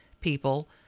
people